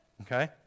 Okay